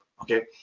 okay